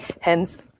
Hence